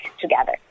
together